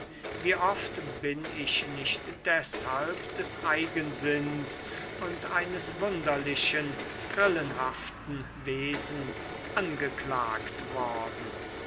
wie oft bin ich nicht deshalb des eigensinns und eines wunderlichen grillenhaften wesens angeklagt worden